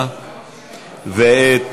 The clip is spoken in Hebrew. להצבעה ואת